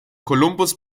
columbus